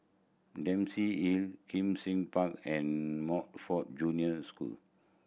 Dempsey Hill Kim Seng Park and Montfort Junior School